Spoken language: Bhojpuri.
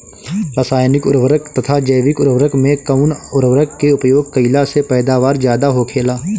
रसायनिक उर्वरक तथा जैविक उर्वरक में कउन उर्वरक के उपयोग कइला से पैदावार ज्यादा होखेला?